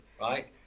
right